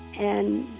and,